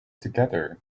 together